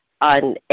on